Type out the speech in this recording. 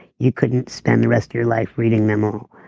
you couldn't spend the rest of your life reading them all